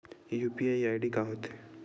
UPI ID का होथे?